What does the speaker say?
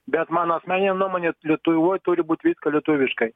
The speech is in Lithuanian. bet mano asmenine nuomone lietuvoj turi būt viskas lietuviškai